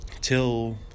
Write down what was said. till